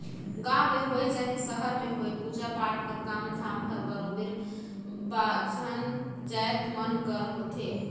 गाँव में होए चहे सहर में होए पूजा पाठ कर काम धाम हर बरोबेर बाभन जाएत मन कर होथे